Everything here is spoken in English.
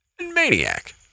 Maniac